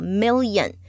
million，